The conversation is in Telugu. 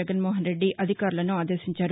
జగన్మోహన్ రెడ్డి అధికారులను ఆదేశించారు